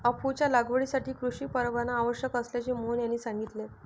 अफूच्या लागवडीसाठी कृषी परवाना आवश्यक असल्याचे मोहन यांनी सांगितले